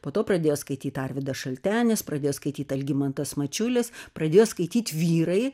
po to pradėjo skaityt arvydas šaltenis pradėjo skaityt algimantas mačiulis pradėjo skaityt vyrai